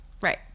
Right